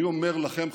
אני אומר לכם,